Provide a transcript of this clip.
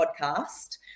podcast